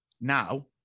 now